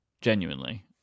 genuinely